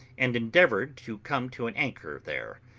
and endeavoured to come to an anchor there,